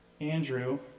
Andrew